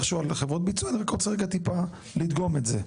חברות ביצוע אז אני רק רוצה טיפה לדגום את זה.